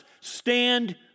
stand